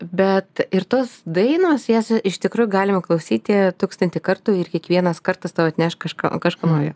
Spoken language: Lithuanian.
bet ir tos dainos jas iš tikrųjų galima klausyti tūkstantį kartų ir kiekvienas kartas tau atneš kažką kažką naujo